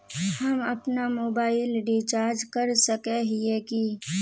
हम अपना mobile recharge कर सकय हिये की?